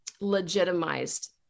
legitimized